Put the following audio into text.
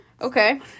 Okay